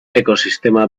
ecosistema